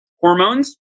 Hormones